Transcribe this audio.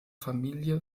familie